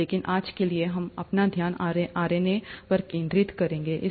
लेकिन आज के लिए हम अपना ध्यान RNA पर केंद्रित करेंगे